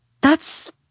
That's-